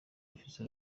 bafite